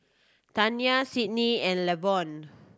Tania Sidney and Lavonne